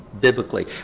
biblically